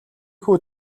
хүү